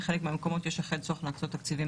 בחלק מהמקומות יש אכן צורך להקצות תקציבים